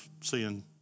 seeing